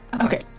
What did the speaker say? Okay